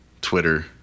Twitter